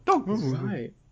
right